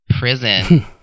prison